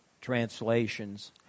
translations